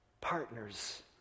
partners